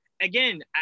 again